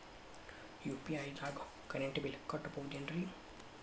UPI ದಾಗ current bill ಕಟ್ಟಬಹುದೇನ್ರಿ?